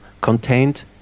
contained